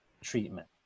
treatment